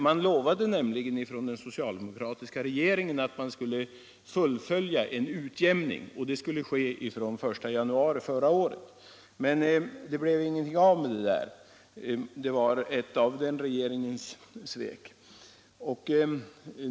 Man lovade nämligen från den socialdemokratiska regeringen att man skulle fullfölja en utjämning, och det skulle ske från den 1 januari förra året. Men det blev ingenting av med detta. Man höll inte löftet.